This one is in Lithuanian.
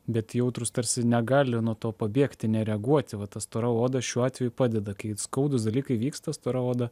bet jautrūs tarsi negali nuo to pabėgti nereaguoti va ta stora oda šiuo atveju padeda kai skaudūs dalykai vyksta stora oda